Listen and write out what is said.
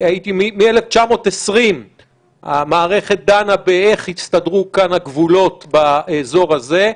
מ-1920 המערכת דנה באיך יסתדרו כאן הגבולות באזור הזה,